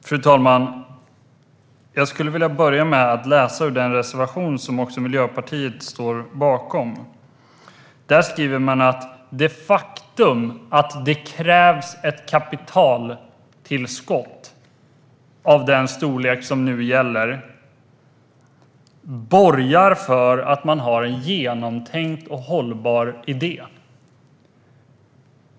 Fru talman! Jag skulle vilja börja med att läsa ur den reservation som också Miljöpartiet står bakom. Där skriver man: Det faktum att det krävs ett kapitaltillskott av den storlek som nu gäller borgar för att man har en genomtänkt och hållbar idé.